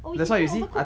or we can play overcook